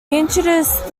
introduced